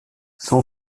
son